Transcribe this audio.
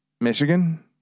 Michigan